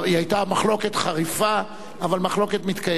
היא היתה מחלוקת חריפה, אבל מחלוקת מתקיימת.